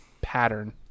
pattern